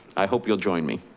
i hope you'll join me.